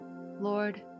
Lord